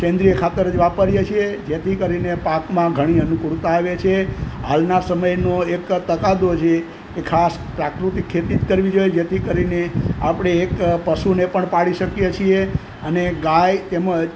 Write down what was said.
સેન્દ્રિય ખાતર જ વાપરીએ છે જેથી કરીને પાકમાં ઘણી અનુકૂળતા આવે છે હાલના સમયનો એક તકાદો છે એ ખાસ પ્રાકૃતિક ખેતી જ કરવી જોઈએ જેથી કરીને આપણે એક પશુને પણ પાળી શકીએ છે અને ગાય તેમજ